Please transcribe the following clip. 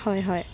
হয় হয়